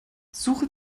suche